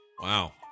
wow